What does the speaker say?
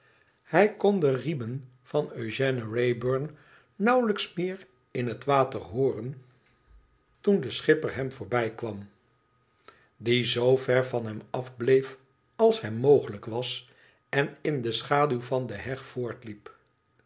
hij kon de riemen van eugène wrayburn nauwelijks meer in het water hooren toen de schipper hem voorbijkwam die zoo ver van hem af bleef als hem mogelijk was en in de schaduw van de heg